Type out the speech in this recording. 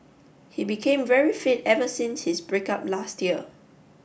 he became very fit ever since his break up last year